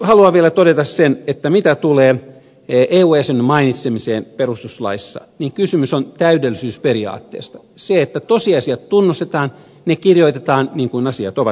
haluan vielä todeta sen että mitä tulee eu jäsenyyden mainitsemiseen perustuslaissa kysymys on täydellisyysperiaatteesta siitä että tosiasiat tunnustetaan ja ne kirjoitetaan niin kuin asiat ovat perustuslaissa